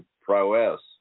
prowess